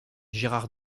gérard